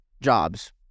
jobs